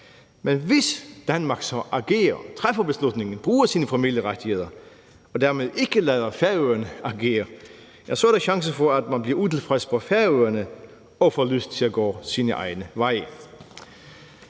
Men hvis Danmark så agerer, træffer beslutningen, bruger sine formelle rettigheder og dermed ikke lader Færøerne agere, så er der chance for, at man bliver utilfreds på Færøerne og får lyst til at gå sine egne veje.